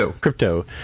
Crypto